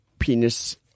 Penis